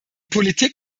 politik